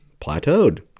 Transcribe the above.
plateaued